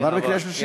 עבר בקריאה שלישית?